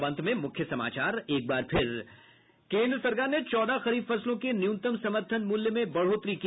और अब अंत में मुख्य समाचार केन्द्र सरकार ने चौदह खरीफ फसलों के न्यूनतम समर्थन मूल्य में बढोतरी की